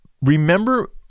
remember